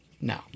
No